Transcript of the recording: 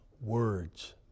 words